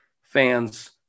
fans